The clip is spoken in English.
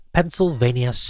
Pennsylvania